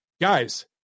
Guys